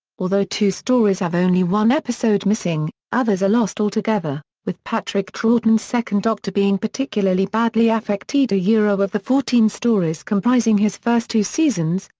although two stories have only one episode missing, others are lost altogether, with patrick troughton's second doctor being particularly badly affected yeah of the fourteen stories comprising his first two seasons,